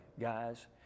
guys